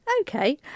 Okay